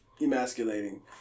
emasculating